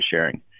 sharing